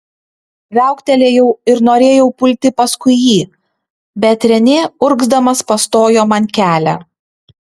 viauktelėjau ir norėjau pulti paskui jį bet renė urgzdamas pastojo man kelią